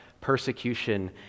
persecution